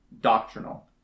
doctrinal